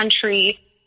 country